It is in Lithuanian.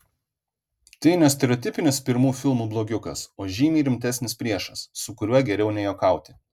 tai ne stereotipinis pirmų filmų blogiukas o žymiai rimtesnis priešas su kuriuo geriau nejuokauti